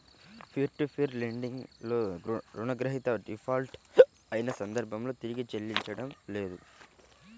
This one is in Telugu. పీర్ టు పీర్ లెండింగ్ లో రుణగ్రహీత డిఫాల్ట్ అయిన సందర్భంలో తిరిగి చెల్లించడం లేదు